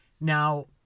Now